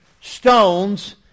stones